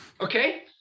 Okay